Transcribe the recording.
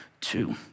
two